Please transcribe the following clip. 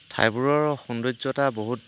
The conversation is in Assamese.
ঠাইবোৰৰ সৌন্দৰ্য্য়তা বহুত